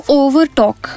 over-talk